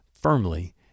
firmly